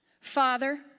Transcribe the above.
Father